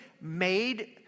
made